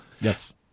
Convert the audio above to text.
Yes